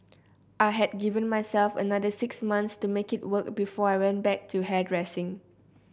I had given myself another six months to make it work before I went back to hairdressing